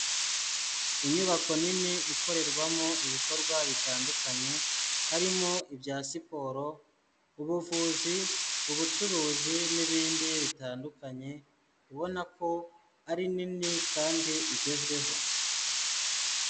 Inyubako nini ikorerwamo ibikorwa bitandukanye, harimo ibya siporo, ubuvuzi, ubucuruzi n'ibindi bitandukanye, ubona ko ari nini kandi igezweho.